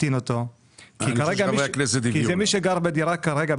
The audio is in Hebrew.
כי מי שגר בדירה כרגע,